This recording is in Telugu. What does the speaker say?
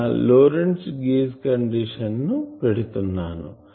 ఇక్కడ లోరెంట్జ్ గేజ్ కండిషన్ ను పెడుతున్నాను